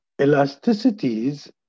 elasticities